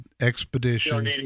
Expedition